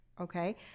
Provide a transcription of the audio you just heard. Okay